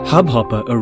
Hubhopper